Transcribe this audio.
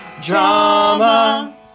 Drama